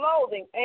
clothing